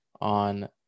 on